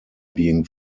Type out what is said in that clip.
being